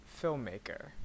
filmmaker